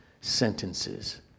sentences